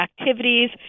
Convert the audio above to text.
activities